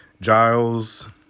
Giles